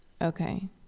Okay